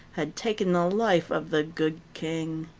had taken the life of the good king.